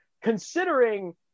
Considering